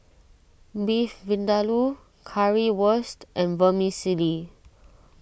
Beef Vindaloo Currywurst and Vermicelli